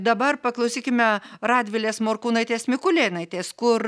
dabar paklausykime radvilės morkūnaitės mikulėnaitės kur